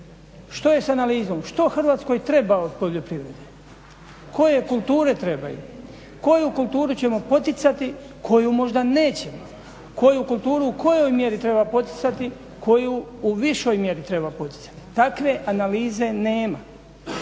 Što je s analizom? Što Hrvatskoj treba od poljoprivrede? Koje kulture trebaju? Koju kulturu ćemo poticati, koju možda nećemo? Koju kulturu u kojoj mjeri treba poticati, koju u višoj mjeri treba poticati? Takve analize nema.